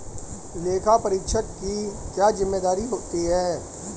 लेखापरीक्षक की क्या जिम्मेदारी होती है?